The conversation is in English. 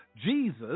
Jesus